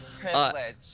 privilege